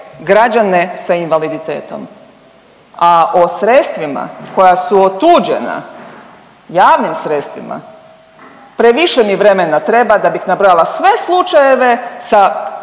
građane sa invaliditetom. A o sredstvima koja su otuđena, javnim sredstvima, previše mi vremena treba da bih nabrojala sve slučajeve sa